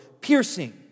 piercing